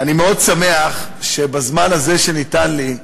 אני מאוד שמח שבזמן הזה שניתן לי,